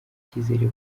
icyizere